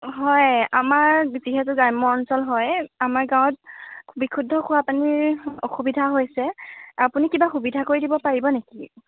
হয় আমাৰ যিহেতু গ্ৰাম্য অঞ্চল হয় আমাৰ গাঁৱত বিশুদ্ধ খোৱা পানীৰ অসুবিধা হৈছে আপুনি কিবা সুবিধা কৰি দিব পাৰিব নেকি